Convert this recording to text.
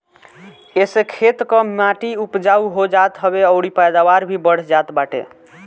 एसे खेत कअ माटी उपजाऊ हो जात हवे अउरी पैदावार भी बढ़ जात बाटे